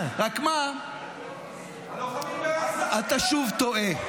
רק מה ----- הלוחמים בעזה ----- אתה שוב טועה.